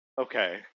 Okay